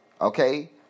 okay